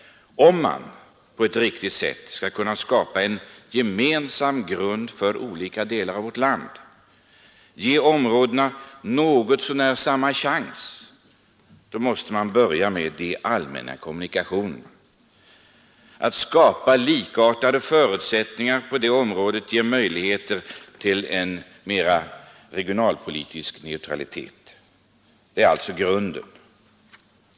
Om man på ett riktigt sätt vill skapa en gemensam grund för olika delar av vårt land, ge alla områden något så när lika chanser, måste man börja med de allmänna kommunikationerna. Skapar man likartade förutsättningar på det området, åstadkommer man större regionalpolitisk neutralitet. Detta är alltså grunden.